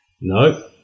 No